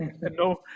no